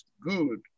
good